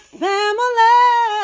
family